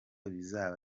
bizaba